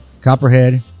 copperhead